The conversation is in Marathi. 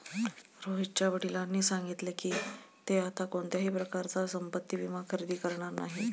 रोहितच्या वडिलांनी सांगितले की, ते आता कोणत्याही प्रकारचा संपत्ति विमा खरेदी करणार नाहीत